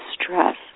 stress